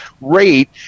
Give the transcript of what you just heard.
rate